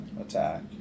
attack